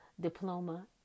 diploma